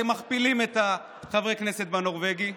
אתם מכפילים את חברי הכנסת בנורבגי?